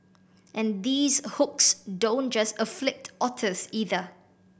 and these hooks don't just afflict otters either